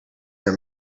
your